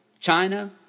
China